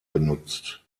genutzt